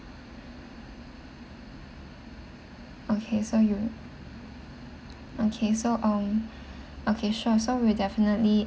okay so you okay so um okay sure so we definitely